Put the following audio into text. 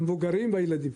המבוגרים והילדים.